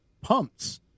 pumps